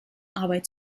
arbeit